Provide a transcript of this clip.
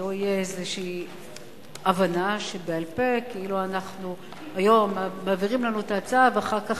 שלא תהיה איזו הבנה שבעל-פה כאילו היום מעבירים לנו את ההצעה ואחר כך,